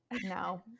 no